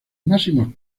máximos